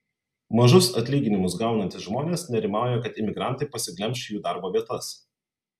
mažus atlyginimus gaunantys žmonės nerimauja kad imigrantai pasiglemš jų darbo vietas